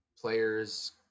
players